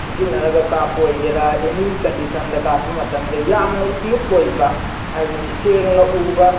ꯁꯤꯖꯤꯟꯅꯔꯒ ꯀꯥꯞꯄ ꯑꯣꯏꯒꯦꯔꯥ ꯑꯅꯤ ꯀꯟꯗꯤꯁꯟꯗ ꯀꯥꯞꯄ ꯃꯇꯝꯗ ꯌꯥꯝꯅ ꯏꯁꯃꯨꯠ ꯑꯣꯏꯕ ꯍꯥꯏꯕꯗꯤ ꯁꯦꯡꯅ ꯎꯕ